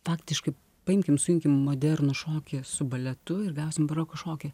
faktiškai paimkim sujunkim modernų šokį su baletu ir gausim baroko šokį